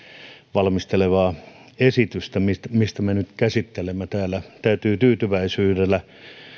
valmistelemaa esitystä mitä me nyt käsittelemme täällä täytyy tyytyväisyydellä